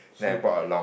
so you buy